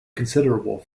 considerable